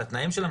על התנאים שלהם,